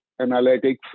analytics